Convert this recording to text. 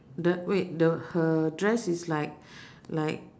the wait the her dress is like like